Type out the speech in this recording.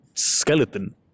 skeleton